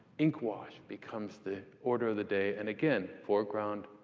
ink wash becomes the order of the day, and again, foreground,